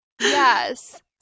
Yes